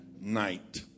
night